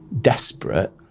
desperate